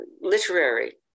literary